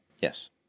Yes